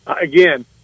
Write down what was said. again